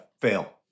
fail